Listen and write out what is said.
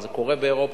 אבל זה קורה באירופה,